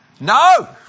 No